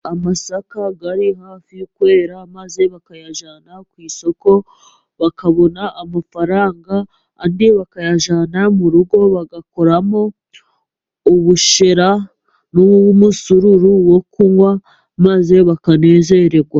Amasaka ari hafi yo kwera, maze bakayajyana ku isoko, bakabona amafaranga, andi bakayajyana mu rugo, bagakoramo ubushera n'umusururu wo kunywa, maze bakanezererwa.